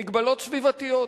ממגבלות סביבתיות,